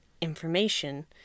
information